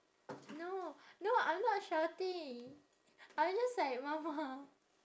no no I'm not shouting I'm just like mama